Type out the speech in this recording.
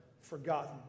forgotten